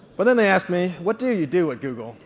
but then they ask me what do you do at google.